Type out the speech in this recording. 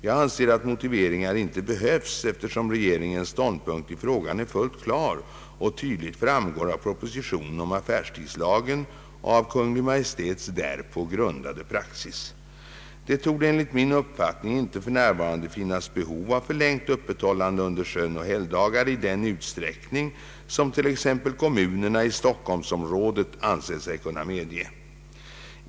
Jag anser att motiveringar inte behövs, eftersom regeringens ståndpunkt i frågan är fullt klar och tydligt framgår av propositionen om affärstidslagen och av Kungl. Maj:ts därpå grundade praxis. Det torde enligt min uppfattning inte för närvarande finnas behov av förlängt öppethållande under sönoch helgdagar i den utsträckning som t.ex. kommunerna i Stockholmsområdet ansett sig kunna medge.